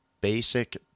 basic